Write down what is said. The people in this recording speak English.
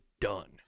done